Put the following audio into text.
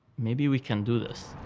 maybe we can do this.